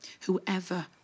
whoever